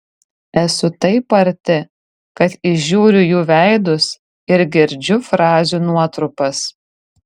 esu taip arti kad įžiūriu jų veidus ir girdžiu frazių nuotrupas